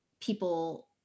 people